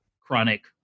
chronic